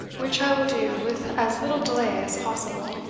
which i will do with as little delay as possible.